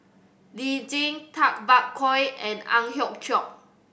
Lee Tjin Tay Bak Koi and Ang Hiong Chiok